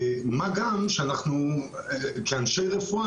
מה גם כשאנשי רפואה,